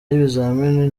y’ibizamini